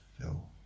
Phil